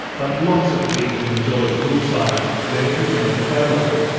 but lots of people enjoy good science when it is made available.